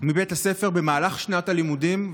מבית הספר במהלך שנת הלימודים.